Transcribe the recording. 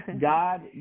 God